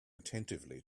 attentively